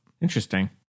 Interesting